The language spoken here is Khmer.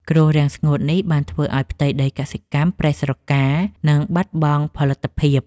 គ្រោះរាំងស្ងួតនេះ បានធ្វើឱ្យផ្ទៃដីកសិកម្មប្រេះស្រកា និងបាត់បង់ផលិតភាព។